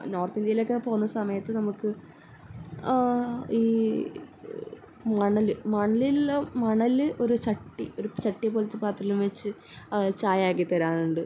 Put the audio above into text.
north ഇന്ത്യയിലൊക്കെ പോകുന്ന സമയത്ത് നമുക്ക് ഈ മണൽ മണലിൽ മണൽ ഒരു ചട്ടി ഒരു ചട്ടി പോലത്തെ പാത്രത്തിൽ വച്ച് അത് ചായ ആക്കി തരാറുണ്ട്